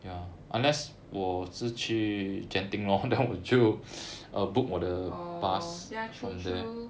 oh ya true true